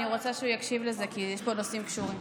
אני רוצה שהוא יקשיב לזה כי יש פה נושאים קשורים.